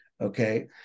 Okay